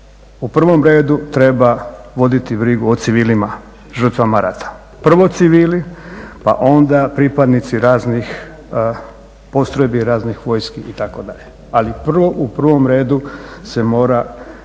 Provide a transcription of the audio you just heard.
u prvom redu treba voditi brigu o civilima, žrtvama rata. Prvo civili pa onda pripadnici raznih postrojbi, raznih vojski itd.. Ali prvo u prvom redu se moraju